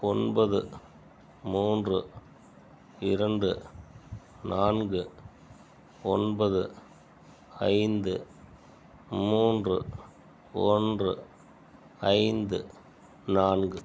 ஒன்பது மூன்று இரண்டு நான்கு ஒன்பது ஐந்து மூன்று ஒன்று ஐந்து நான்கு